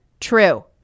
true